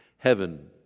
Heaven